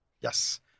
yes